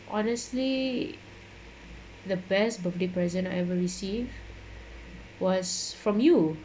honestly the best birthday present I ever received was from you